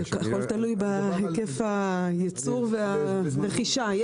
הכול תלוי בהיקף הייצור והרכישה.